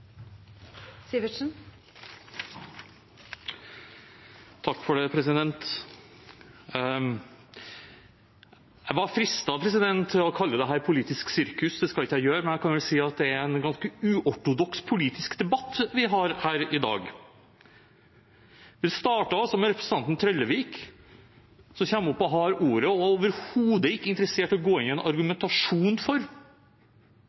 Jeg var fristet til å kalle dette et politisk sirkus. Det skal jeg ikke gjøre, men jeg kan vel si at det er en ganske uortodoks politisk debatt vi har her i dag. Det startet altså med representanten Trellevik, som kommer opp og har ordet, men overhodet ikke er interessert i å gå inn i en argumentasjon for